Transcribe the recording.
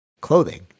clothing